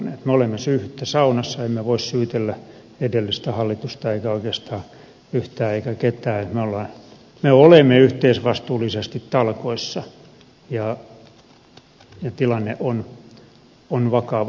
me olemme syyhyttä saunassa emme voi syytellä edellistä hallitusta emmekä oikeastaan mitään emmekä ketään me olemme yhteisvastuullisesti talkoissa ja tilanne on vakava